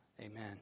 amen